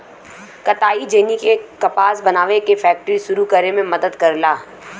कताई जेनी ने कपास बनावे के फैक्ट्री सुरू करे में मदद करला